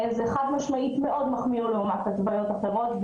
חד-משמעית מאוד מחמירות לעומת התוויות אחרות.